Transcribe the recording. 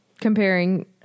comparing